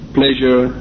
pleasure